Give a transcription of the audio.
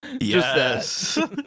Yes